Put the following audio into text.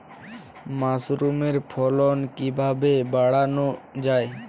মাসরুমের ফলন কিভাবে বাড়ানো যায়?